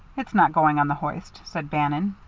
it's not going on the hoist, said bannon.